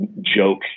joke